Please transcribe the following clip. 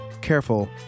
careful